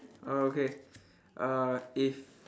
uh okay uh if